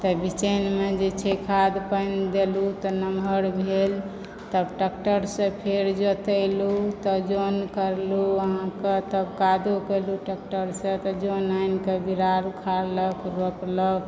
तऽ बीजमे जे छै खाद्य पानि देलहुँ तऽ नमहर भेल तब ट्रैक्टरसंँ फेर जोतेलहुँ तऽ जन करलहुँ अहाँकेँ तब कादो केलहुँ ट्रैक्टरसंँ तब जन आनिके बिरार उखारलक रोपलक